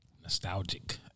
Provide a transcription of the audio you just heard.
nostalgic